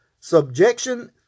Subjection